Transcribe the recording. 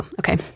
Okay